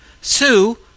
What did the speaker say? Sue